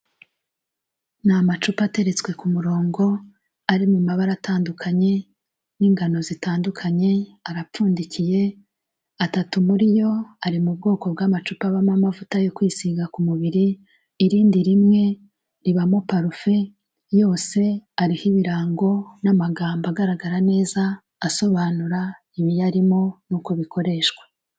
Ni amacupa ateretswe ku murongo, ari mu mabara atandukanye, n'ingano zitandukanye, arapfundikiye, atatu muri yo ari mu bwoko bw'amacupa abamo amavuta yo kwisiga ku mubiri, irindi rimwe ribamo parufe, yose ariho ibirango n'amagambo agaragara neza asobanura ibiyarimo n'uko bikoreshwa.